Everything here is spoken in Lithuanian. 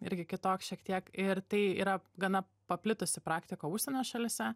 irgi kitoks šiek tiek ir tai yra gana paplitusi praktika užsienio šalyse